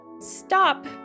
stop